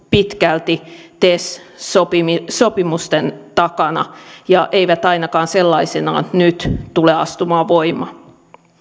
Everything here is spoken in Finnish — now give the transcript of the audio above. pitkälti tes sopimusten takana ja eivät ainakaan sellaisenaan nyt tule astumaan voimaan